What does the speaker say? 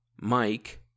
Mike